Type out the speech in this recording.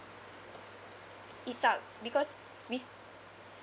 it sucks because we